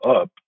up